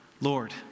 Lord